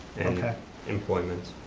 and employment.